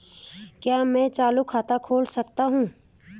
क्या मैं चालू खाता खोल सकता हूँ?